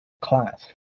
class